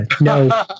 no